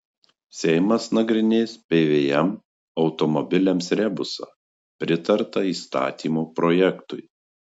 seimas nagrinės pvm automobiliams rebusą pritarta įstatymo projektui